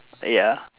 ya